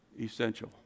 essential